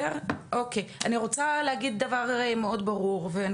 אני רוצה להגיד דבר מאוד ברור ואני